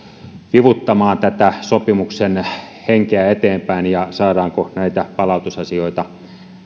hivuttamaan sopimuksen henkeä eteenpäin ja saadaanko näitä palautusasioita